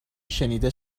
شنیده